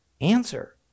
Answer